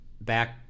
back